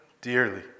dearly